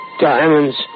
Diamonds